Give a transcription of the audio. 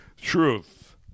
Truth